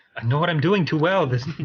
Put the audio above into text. i know what i'm doing too. well this